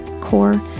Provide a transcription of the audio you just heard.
core